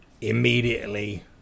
immediately